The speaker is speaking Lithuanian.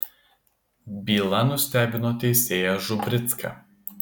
byla nustebino teisėją žubricką